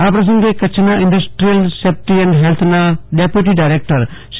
આ પ્રસંગે કચ્છના ઈન્ડસ્ટ્રીયલ સેફટી એન્ડ હેલ્થના ડેપ્યૂટી ડાયરેકટર શ્રી